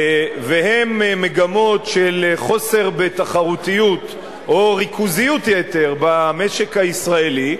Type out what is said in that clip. מגמות של חוסר תחרותיות או ריכוזיות יתר במשק הישראלי,